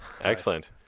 excellent